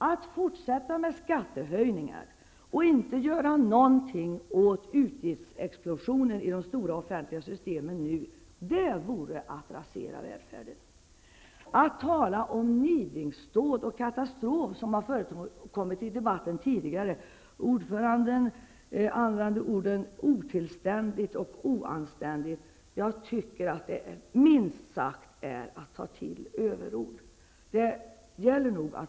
Att fortsätta med skattehöjningar och inte göra något åt utgiftsexplosionen i de stora offentliga systemen vore att rasera välfärden. Jag tycker, minst sagt, att det är att ta till överord när man talar om nidingsdåd och katastrof, vilket har förekommit tidigare i debatten. Vice ordföranden använde orden otillständigt och oanständigt. Det gäller att vara litet varsammare med orden.